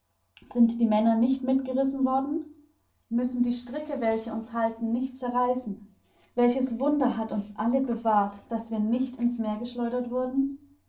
sind die männer nicht mit weggerissen worden müssen die stricke welche uns halten nicht zerreißen welches wunder hat uns alle bewahrt daß wir nicht in's meer geschleudert wurden